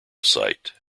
site